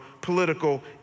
political